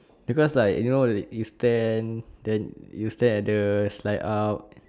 because like you know you stand then you stand at the slide up